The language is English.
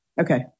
Okay